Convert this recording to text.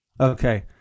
Okay